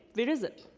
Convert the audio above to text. where is it?